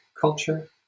culture